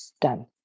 done